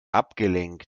abgelenkt